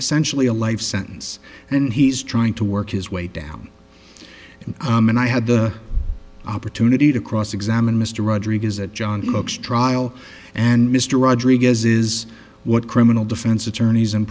essentially a life sentence and he's trying to work his way down and i had the opportunity to cross examine mr rodriguez at john looks trial and mr rodriguez is what criminal defense attorneys and